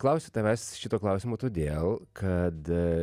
klausiu tavęs šito klausimo todėl kad